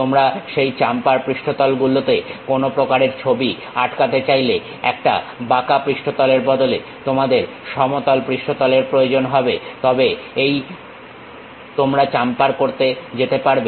তোমরা সেই চাম্পার পৃষ্ঠতল গুলোতে কোনো প্রকারের ছবি আটকাতে চাইলে একটা বাঁকা পৃষ্ঠতলের বদলে তোমাদের সমতল পৃষ্ঠতলের প্রয়োজন হবেতবে এই তোমরা চাম্পার করতে যেতে পারবে